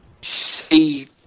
see